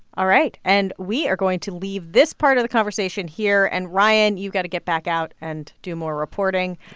all right. and we are going to leave this part of the conversation here. and, ryan, you've got to get back out and do more reporting